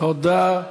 תודה.